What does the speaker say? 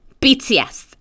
BTS